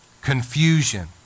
confusion